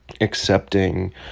accepting